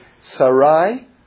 Sarai